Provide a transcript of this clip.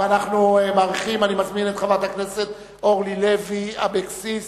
אני מזמין את חברת הכנסת אורלי לוי אבקסיס